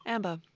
Amber